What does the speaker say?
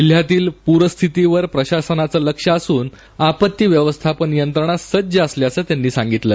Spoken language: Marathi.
जिल्ह्यातील पूरपरिस्थितीवर प्रशासनाचं लक्ष असून आपत्ती नियंत्रण यंत्रणा सज्ज असल्याचं त्यांनी सांगितलं